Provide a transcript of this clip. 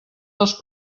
dels